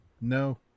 no